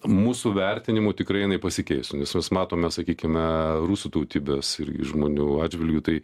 mūsų vertinimu tikrai jinai pasikeis nes mes matome sakykime rusų tautybės irgi žmonių atžvilgiu tai